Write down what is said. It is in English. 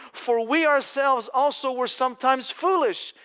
for we ourselves also were sometimes foolish,